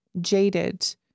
Jaded